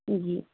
جی